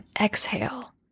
exhale